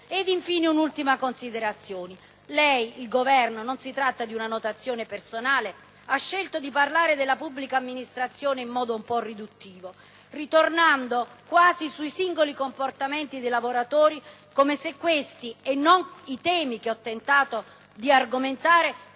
lei, in quanto rappresentante del Governo - non si tratta di una notazione personale - ha scelto di parlare della pubblica amministrazione in modo un po' riduttivo, ritornando quasi sui singoli comportamenti dei lavoratori come se questi, e non i temi che ho tentato di argomentare,